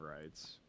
rights